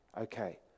Okay